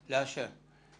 לאשר.